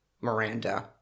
Miranda